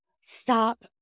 stop